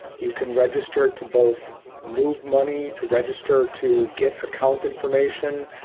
you can register to both move money to register, to get account information,